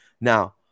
Now